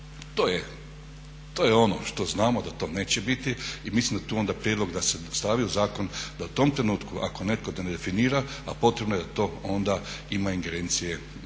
To je ono što znamo da to neće biti i mislim da je tu onda prijedlog da se stavi u zakon da u tom trenutku ako netko ne definira, a potrebno je da to onda ima ingerencije